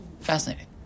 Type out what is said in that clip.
Fascinating